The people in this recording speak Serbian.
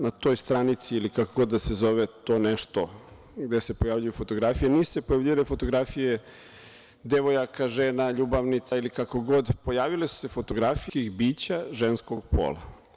Na toj stranici ili kako god da se zove to nešto gde se pojavljuju fotografije, nisu se pojavljivale fotografije devojaka, žena, ljubavnica ili kako god, pojavile su se fotografije ljudskih bića ženskog pola.